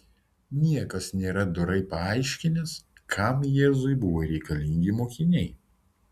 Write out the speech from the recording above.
niekas nėra dorai paaiškinęs kam jėzui buvo reikalingi mokiniai